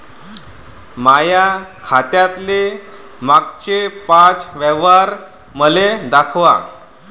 माया खात्यातले मागचे पाच व्यवहार मले दाखवा